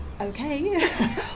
okay